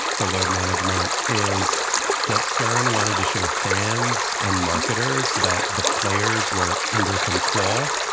the load management is that stern wanted to show fans and marketers that the players were under control,